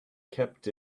kept